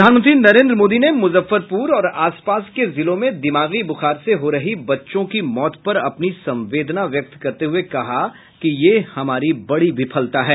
प्रधानमंत्री नरेन्द्र मोदी ने मुजफ्फरपुर और आसपास के जिलों में दिमागी बुखार से हो रही बच्चों की मौत पर अपनी संवेदना व्यक्त करते हुए कहा कि ये हमारी बड़ी विफलता है